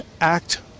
act